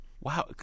Wow